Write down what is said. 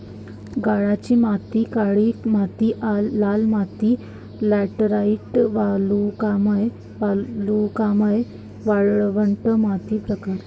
गाळाची माती काळी माती लाल माती लॅटराइट वालुकामय वालुकामय वाळवंट माती प्रकार